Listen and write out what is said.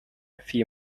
few